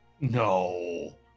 No